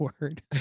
word